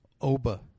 Oba